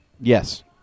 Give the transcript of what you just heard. Yes